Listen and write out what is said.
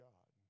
God